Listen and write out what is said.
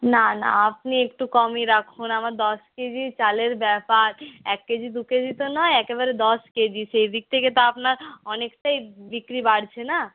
না না আপনি একটু কমই রাখুন আমার দশ কেজি চালের ব্যাপার এক কেজি দু কেজি তো নয় একেবারে দশ কেজি সেইদিক থেকে তো আপনার অনেকটাই বিক্রি বাড়ছে না